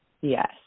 Yes